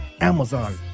Amazon